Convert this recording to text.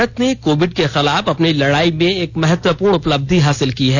भारत ने कोविड के खिलाफ अपनी लड़ाई में एक महत्वपूर्ण उपलब्धि हासिल की है